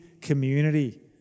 community